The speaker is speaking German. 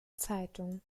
zeitung